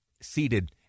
seated